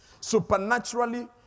supernaturally